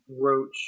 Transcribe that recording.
roach